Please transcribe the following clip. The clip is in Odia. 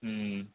ହୁଁ